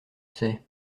sais